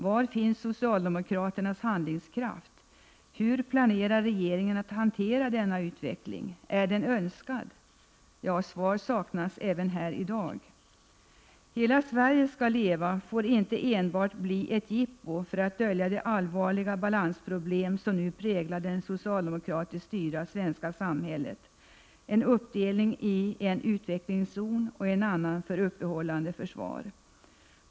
Var finns socialdemokraternas handlingskraft? Hur planerar regeringen att hantera denna utveckling? Är den önskad? Svar saknas även här i dag. ”Hela Sverige skall leva” får inte enbart bli ett jippo för att dölja de allvarliga balansproblem som nu präglar det socialdemokratiskt styrda svenska samhället — en uppdelning i en utvecklingszon och en annan zon för uppehållande försvar.